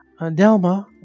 Delma